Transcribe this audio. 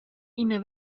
ina